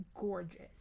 gorgeous